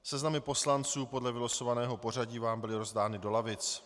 Seznamy poslanců podle vylosovaného pořadí vám byly rozdány do lavic.